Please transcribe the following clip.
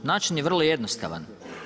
Način je vrlo jednostavan.